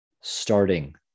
starting